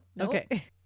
Okay